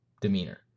demeanor